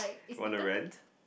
want to rant